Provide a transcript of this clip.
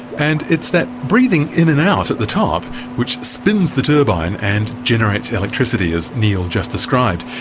and it's that breathing in and out at the top which spins the turbine and generates the electricity, as neil just described.